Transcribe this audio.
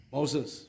Moses